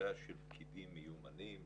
כקבוצה של פקידים מיומנים,